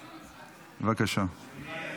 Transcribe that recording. בבקשה, אדוני.